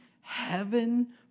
heaven